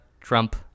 Trump